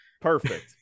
Perfect